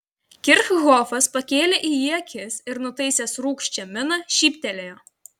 kirchhofas pakėlė į jį akis ir nutaisęs rūgščią miną šyptelėjo